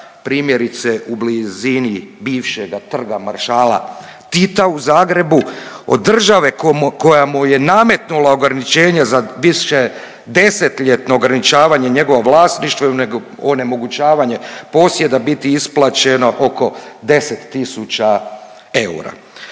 primjerice u blizini bivšega Trga maršala Tita u Zagrebu od države koja mu je nametnula ograničenje za višedesetljetno ograničavanje njegovo vlasništvo, onemogućavanje posjeda biti isplaćeno oko 10 tisuća eura.